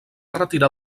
retirar